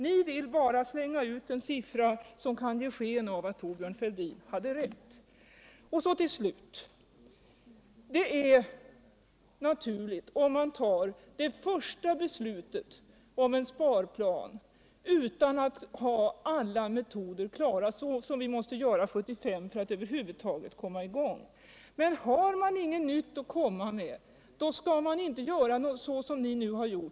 Ni vill bara slänga ut en siffra som kan ge sken av att Thorbjörn Fälldin hade rät. Till slut: Det är naturligt att ta ett första beslut om en sparplan utan att ha alla metoder klara, såsom vi måste göra 1973 för att över huvud taget komma i gäng. Men har man inget nyttatt komma med skall man inte göra som ni nu har gjort.